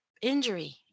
injury